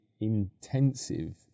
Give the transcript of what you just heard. intensive